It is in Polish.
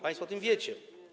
Państwo o tym wiecie.